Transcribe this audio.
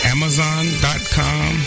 Amazon.com